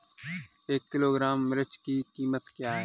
एक किलोग्राम मिर्च की कीमत क्या है?